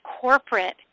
corporate